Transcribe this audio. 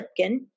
Lipkin